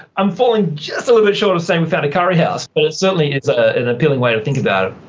i'm falling just so a little bit short of saying we found a curry house but certainly it's an appealing way to think about it.